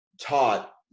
taught